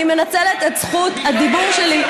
אני מנצלת את זכות הדיבור שלי,